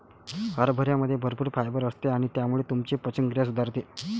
हरभऱ्यामध्ये भरपूर फायबर असते आणि त्यामुळे तुमची पचनक्रिया सुधारते